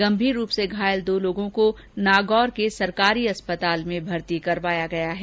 गंभीर रूप से घायल दो लोगों को नागौर के सरकारी अस्पताल में भर्ती कराया गया है